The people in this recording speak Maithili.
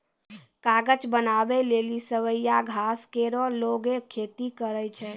कागज बनावै लेलि सवैया घास केरो लोगें खेती करै छै